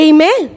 Amen